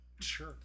Sure